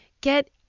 get